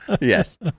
Yes